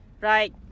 right